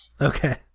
Okay